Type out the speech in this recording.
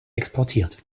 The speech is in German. exportiert